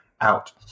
out